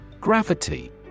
Gravity